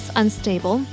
unstable